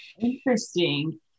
Interesting